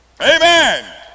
amen